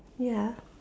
ya